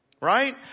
Right